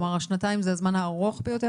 כלומר שנתיים זה הזמן הארוך ביותר?